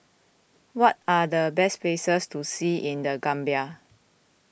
what are the best places to see in the Gambia